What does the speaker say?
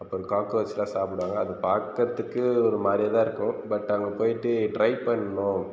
அப்புறம் காக்ரோச்லாம் சாப்பிடுறாங்க அது பார்க்கறதுக்கு ஒரு மாதிரியா தான் இருக்கும் பட் அங்கே போய்ட்டு ட்ரை பண்ணனும்